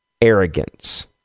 arrogance